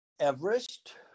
Everest